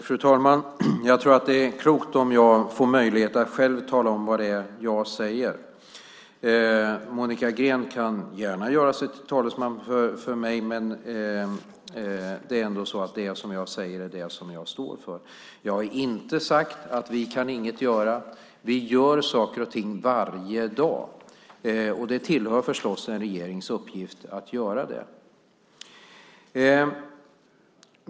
Fru talman! Jag tror att det är klokt om jag får möjlighet att själv tala om vad det är jag säger. Monica Green kan gärna göra sig till talesman för mig, men det är trots allt så att det jag säger är det som jag står för. Jag har inte sagt att vi inget kan göra. Vi gör saker och ting varje dag. Det tillhör förstås en regerings uppgift att göra det.